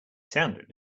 sounded